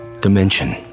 Dimension